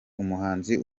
umuhanzi